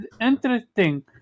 interesting